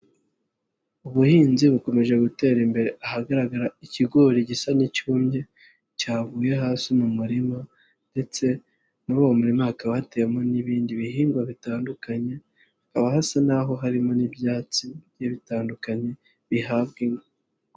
Ubuhinzi bukomeje gutera imbere ahagaragara ikigori gisa n'icyumye cyaguye hasi mu murima ndetse muri uwo muri hakaba hatewemo n'ibindi bihingwa bitandukanye, haba hasa n'aho harimo n'ibyatsi bigiye bitandukanye bihabwa inka.